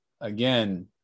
Again